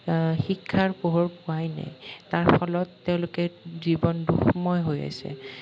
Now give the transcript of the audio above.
শিক্ষাৰ পোহৰ পোৱাই নাই তাৰ ফলত তেওঁলোকে জীৱন দুখময় হৈ আছে